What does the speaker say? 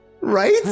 right